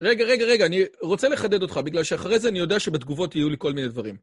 רגע, רגע, רגע, אני רוצה לחדד אותך, בגלל שאחרי זה אני יודע שבתגובות יהיו לי כל מיני דברים.